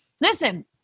Listen